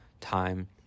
time